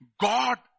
God